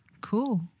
cool